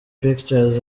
pictures